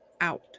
out